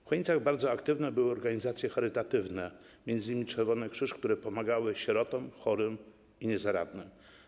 W Chojnicach bardzo aktywne były organizacje charytatywne, m.in. Czerwony Krzyż, które pomagały sierotom, chorym i niezaradnym.